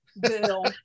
Bill